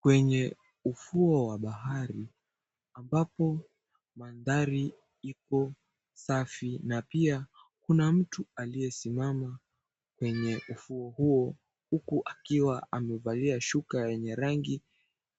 Kwenye ufuo wa bahari, ambapo mandhari iko safi na pia kuna mtu aliyesimama kwenye ufuo huo, huku akiwa amevalia shuka yenye rangi